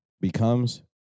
becomes